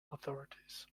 authorities